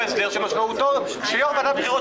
הסדר שמשמעותו שיושב-ראש ועדת הבחירות,